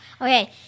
Okay